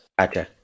Okay